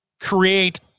create